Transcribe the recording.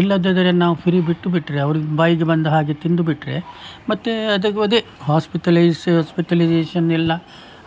ಇಲ್ಲದಿದ್ದರೆ ನಾವು ಫ್ರೀ ಬಿಟ್ಟು ಬಿಟ್ಟರೆ ಅವರಿಗೆ ಬಾಯಿಗೆ ಬಂದ ಹಾಗೆ ತಿಂದು ಬಿಟ್ರೆ ಮತ್ತೆ ಅದು ಅದೇ ಹಾಸ್ಪಿಟಲೈಸ್ ಹಾಸ್ಪಿಟಲೈಝೇಶನೆಲ್ಲ